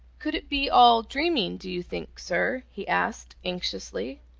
could it be all dreaming, do you think, sir? he asked anxiously.